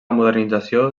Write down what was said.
modernització